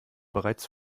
bereits